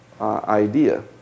idea